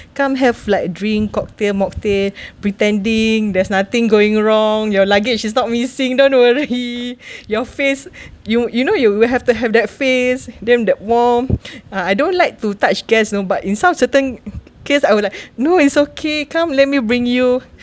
come have like drink cocktail mocktail pretending there's nothing going wrong your luggage is not missing don't worry your face you you know you will have to have that face them then that warm ah I don't like to touch guests you know but in some certain case I would like no it's okay come let me bring you